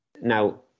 Now